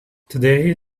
today